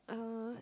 uh